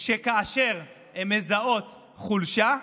שכאשר הן מזהות חולשה,